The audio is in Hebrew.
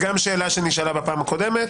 זה גם נשאל בישיבה הקודמת.